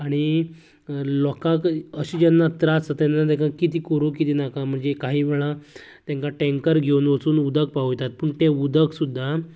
आनी लोकांक अशें जेन्ना त्रास जातात तेन्ना कितें करूं कितें नाका म्हणजे काही वेळां तेंका टेंन्कर घेवन वचून उदक पावयतात पूण तें उदक सुद्दां